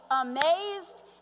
amazed